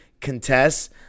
contests